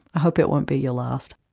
i hope it won't be your last.